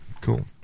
Cool